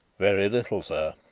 very little, sir.